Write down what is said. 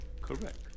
Correct